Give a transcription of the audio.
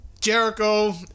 Jericho